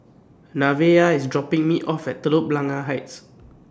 Nevaeh IS dropping Me off At Telok Blangah Heights